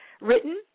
written